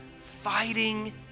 fighting